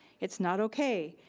it's not okay.